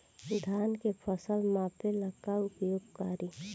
धान के फ़सल मापे ला का उपयोग करी?